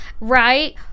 Right